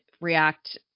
react